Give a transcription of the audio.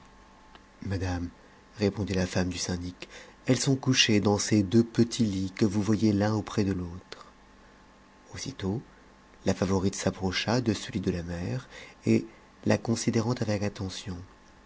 madame répondit la femme du syndic elles sont couchées dans ces deux petits lits que vous voyez un auprès de l'autre aussitôt la favorite s'approcha de celui de la mère et a considérant avec attention